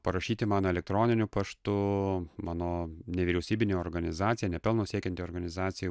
parašyti man elektroniniu paštu mano nevyriausybinė organizacija nepelno siekianti organizacija